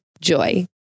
Joy